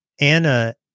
Anna